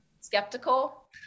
Skeptical